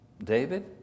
David